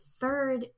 third